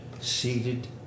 seated